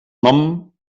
nom